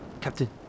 Captain